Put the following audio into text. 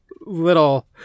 little